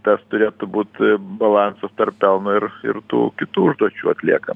tas turėtų būt balansas tarp pelno ir ir tų kitų užduočių atlieka